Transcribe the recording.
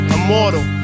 Immortal